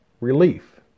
relief